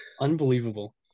unbelievable